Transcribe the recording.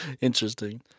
Interesting